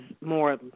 more